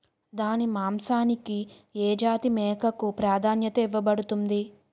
దాని మాంసానికి ఏ జాతి మేకకు ప్రాధాన్యత ఇవ్వబడుతుంది?